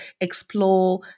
explore